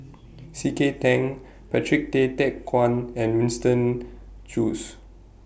C K Tang Patrick Tay Teck Guan and Winston Choos